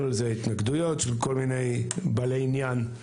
לזה התנגדויות של כל מיני בעלי עניין,